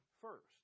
first